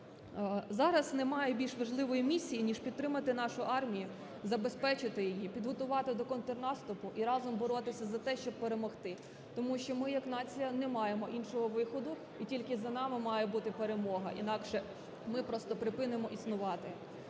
Зараз немає більш важливої місії, ніж підтримати нашу армію, забезпечити її, підготувати до контрнаступу і разом боротися за те, щоб перемогти, тому що ми як нація не маємо іншого виходу, і тільки за нами має бути перемога, інакше ми просто припинимо існувати.